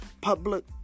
public